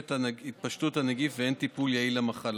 את התפשטות הנגיף ואין טיפול יעיל למחלה.